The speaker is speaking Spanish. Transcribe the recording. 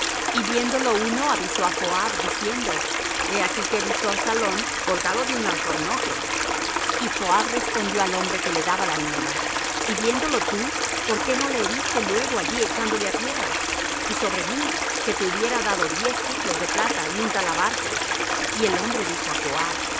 y viéndolo uno avisó á joab diciendo he aquí que he visto á absalom colgado de un alcornoque y joab respondió al hombre que le daba la nueva y viéndolo tú por qué no le heriste luego allí echándole á tierra y sobre mí que te hubiera dado diez siclos de plata y un talabarte y el hombre dijo á